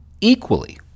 equally